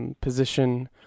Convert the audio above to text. position